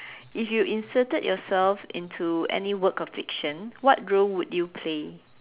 if you inserted yourself into any work of fiction what role would you play